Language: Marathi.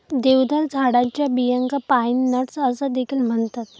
देवदार झाडाच्या बियांका पाईन नट्स असा देखील म्हणतत